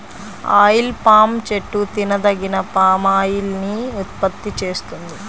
oil palm చెట్టు తినదగిన palm oil ని ఉత్పత్తి చేస్తుంది